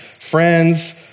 friends